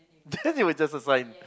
then they will just assign